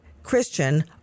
Christian